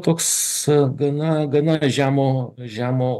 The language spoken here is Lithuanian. toks gana gana žemo žemo